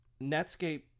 Netscape